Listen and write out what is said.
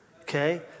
Okay